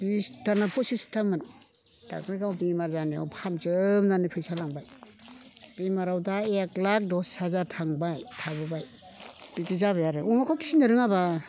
बिसथाना फसिसथामोन दाख्लै गाव बेमार जानायाव फानजोबनानै फैसा लांबाय बेमाराव दा एक लाख दस हाजार थांबाय थाबोबाय बिदि जाबाय आरो अमाखौ फिसिनो रोङाबा